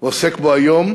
והוא עוסק בו היום,